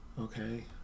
Okay